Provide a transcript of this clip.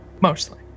mostly